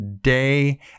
day